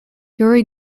yuri